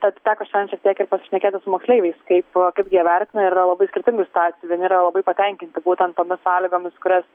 tad teko šiandien šiek tiek ir pasišnekėti su moksleiviais kaip kaip jie vertina ir yra labai skirtingų situacijų vieni yra labai patenkinti būtent tomis sąlygomis kurias